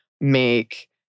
make